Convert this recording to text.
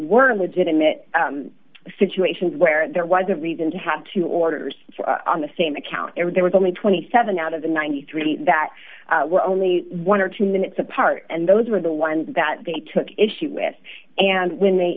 were legitimate situations where there was a reason to have two orders on the same account and there was only twenty seven dollars out of the ninety three dollars that were only one or two minutes apart and those were the ones that they took issue with and when they